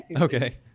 Okay